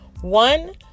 One